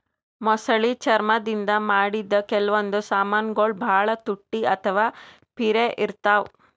ಮೊಸಳಿ ಚರ್ಮ್ ದಿಂದ್ ಮಾಡಿದ್ದ್ ಕೆಲವೊಂದ್ ಸಮಾನ್ಗೊಳ್ ಭಾಳ್ ತುಟ್ಟಿ ಅಥವಾ ಪಿರೆ ಇರ್ತವ್